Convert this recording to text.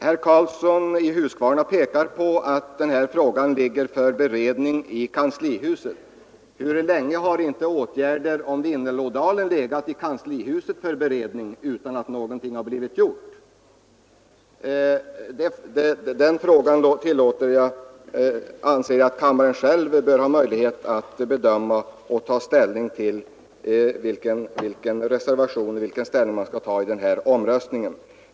Herr Karlsson i Huskvarna pekar på att den här frågan bereds i kanslihuset. Hur länge har inte åtgärder beträffande Vindelådalen legat i kanslihuset för beredning utan att något har blivit gjort? Den frågan anser jag att kammarens ledamöter själva har möjlighet att bedöma när de nu skall bestämma sig för vilken ställning de skall ta i den här omröstningen.